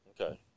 Okay